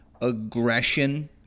aggression